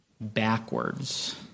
backwards